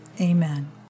Amen